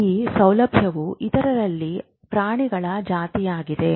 ಈ ಸೌಲಭ್ಯವು ಇತರರಲ್ಲಿ ಪ್ರಾಣಿಗಳ ಜಾತಿಯಾಗಿದೆ